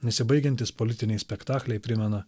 nesibaigiantys politiniai spektakliai primena